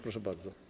Proszę bardzo.